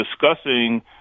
discussing